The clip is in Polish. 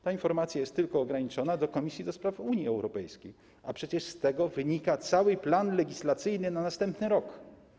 Ta informacja jest ograniczona tylko do Komisji do Spraw Unii Europejskiej, a przecież z tego wynika cały plan legislacyjny na następny rok.